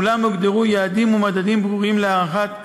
ומולם הוגדרו יעדים ומדדים ברורים להערכת ההתקדמות.